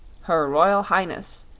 her royal highness,